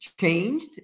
changed